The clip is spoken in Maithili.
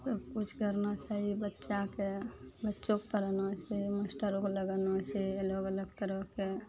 सबकिछु करना चाही बच्चाके बच्चोके पढ़ाना छै मास्टरोके लगाना छै अलग अलग तरहके